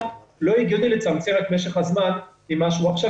לא הגיוני לצמצם את משך הזמן ממה שהוא עכשיו,